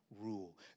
rule